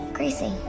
Gracie